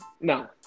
No